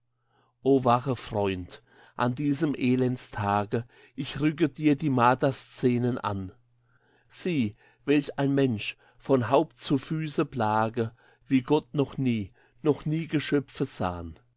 wache freund an diesem elendstage ich rücke dir die marterscenen an sieh welch ein mensch von haupt zu füße plage wie gott noch nie noch nie geschöpfe